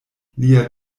lia